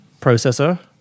processor